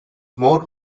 more